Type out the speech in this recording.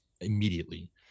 immediately